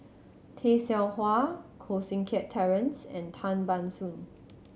Tay Seow Huah Koh Seng Kiat Terence and Tan Ban Soon